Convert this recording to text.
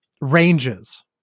ranges